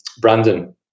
Brandon